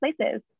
places